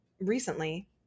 recently